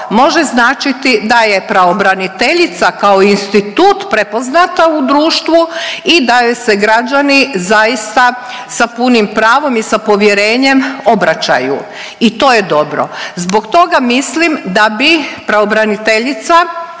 može značiti da je pravobraniteljica kao institut prepoznata u društvu i da joj se građani zaista sa punim pravom i sa povjerenjem obraćaju i to je dobro. Zbog toga mislim da bi pravobraniteljica,